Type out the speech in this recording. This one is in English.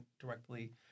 directly